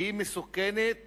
היא מסוכנת